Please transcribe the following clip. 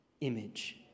image